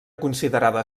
considerada